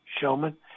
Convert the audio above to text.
showman